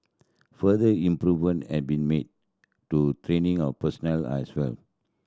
further improvement had been made to training of personnel as well